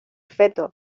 feto